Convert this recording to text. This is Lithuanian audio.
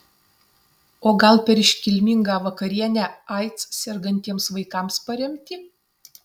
o gal per iškilmingą vakarienę aids sergantiems vaikams paremti